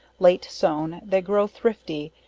late sown, they grow thrifty,